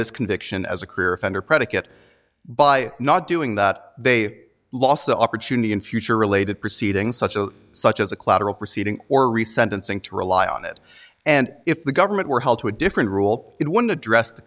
this conviction as a career offender predicate by not doing that they lost the opportunity in future related proceedings such as such as a collateral proceeding or re sentencing to rely on it and if the government were held to a different rule it one addressed the